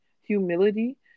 humility